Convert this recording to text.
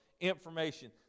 information